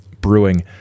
brewing